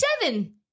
seven